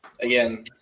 Again